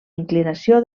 inclinació